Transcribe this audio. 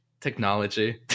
Technology